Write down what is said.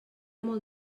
molt